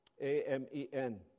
A-M-E-N